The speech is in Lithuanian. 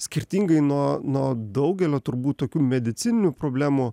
skirtingai nuo nuo daugelio turbūt tokių medicininių problemų